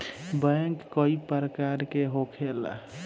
bank कई प्रकार के होखेला